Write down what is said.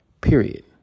Period